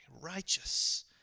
Righteous